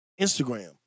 Instagram